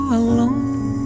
alone